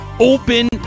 open